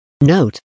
Note